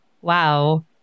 Wow